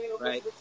Right